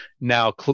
now